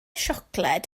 siocled